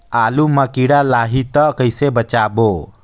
आलू मां कीड़ा लाही ता कइसे बचाबो?